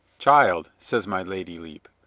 child, says my lady lepe,